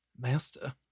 Master